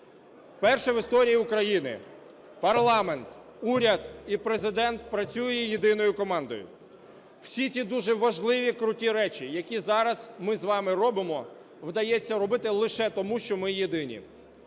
вперше в історії України парламент, уряд і Президент працює єдиною командою. Всі ті дуже важливі, круті речі, які зараз ми з вами робимо, вдається робити лише тому, що ми єдині.